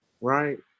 Right